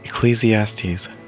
Ecclesiastes